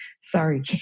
sorry